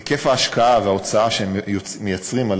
היקף ההשקעה וההוצאה שהם מוציאים על